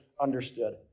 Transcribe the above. understood